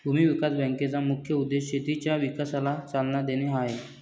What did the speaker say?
भूमी विकास बँकेचा मुख्य उद्देश शेतीच्या विकासाला चालना देणे हा आहे